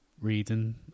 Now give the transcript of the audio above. reading